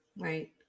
Right